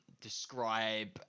describe